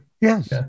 Yes